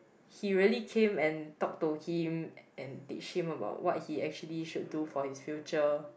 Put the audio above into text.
he really came and talk to him and teach him about what he actually should do for his future